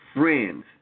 friends